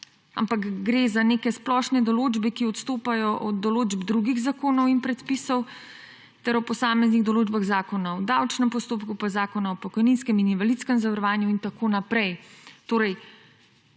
ampak gre za neke splošne določbe, ki odstopajo od določb drugih zakonov in predpisov ter o posameznih določbah Zakona o davčnem postopku, Zakona o pokojninskem in invalidskem zavarovanju in tako naprej.